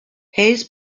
hayes